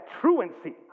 truancy